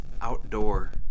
outdoor